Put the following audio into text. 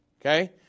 okay